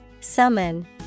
Summon